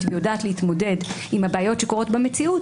ויודעת להתמודד עם הבעיות שקורות במציאות,